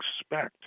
expect